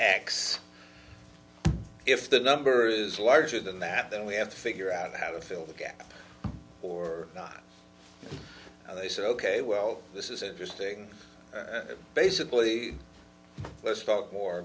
x if the number is larger than that then we have to figure out how to fill the gap or not and they said ok well this is interesting basically let's talk more